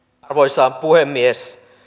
arvoisa puhemies